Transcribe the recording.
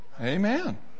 Amen